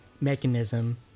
mechanism